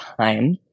time